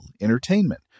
entertainment